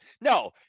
No